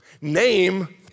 name